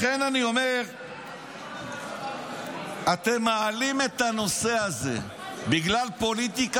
לכן אני אומר שאתם מעלים את הנושא הזה בגלל פוליטיקה,